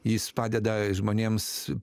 jis padeda žmonėms